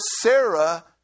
Sarah